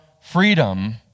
freedom